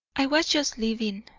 i was just leaving,